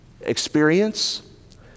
experience